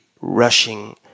rushing